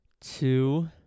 Two